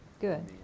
good